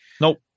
Nope